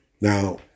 Now